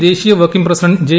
ദേശീയ working president J